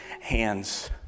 hands